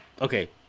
Okay